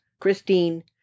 Christine